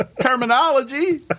terminology